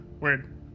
weird